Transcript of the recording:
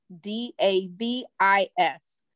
D-A-V-I-S